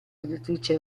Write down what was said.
editrice